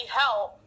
help